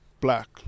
Black